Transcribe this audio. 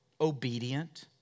obedient